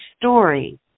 story